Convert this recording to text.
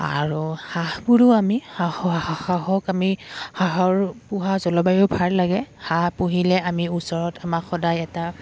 আৰু হাঁহবোৰো আমি হাঁহক আমি হাঁহৰ পোহা জলবায়ু ভাল লাগে হাঁহ পুহিলে আমি ওচৰত আমাক সদায় এটা